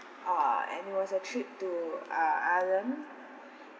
uh and it was a trip to uh ireland